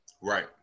Right